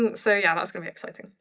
and so, yeah that's gonna be exciting.